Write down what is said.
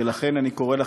ולכן אני קורא לכם,